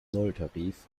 nulltarif